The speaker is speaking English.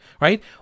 right